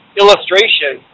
illustration